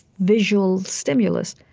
visual stimulus.